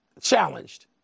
challenged